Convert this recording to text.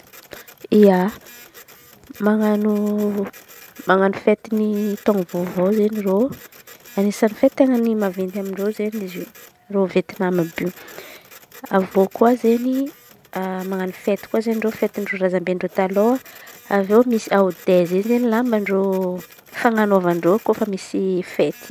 Ia, manan̈o manan̈o fety taôm-baovao izen̈y reo. Anisany fety ten̈a maventy amy ireo izy io ireo Vietnam àby io. Avy eo koa izen̈y manan̈o fety koa izen̈y reo fety reo razambe ndreo taloha avy misy aodia zay lamba ndreo fanan̈ovan-dreo rehefa misy fety.